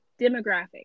demographic